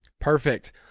Perfect